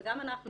וגם אנחנו